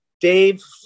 Dave